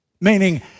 Meaning